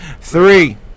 Three